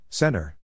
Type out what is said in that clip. Center